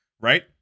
right